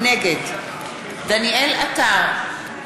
נגד דניאל עטר,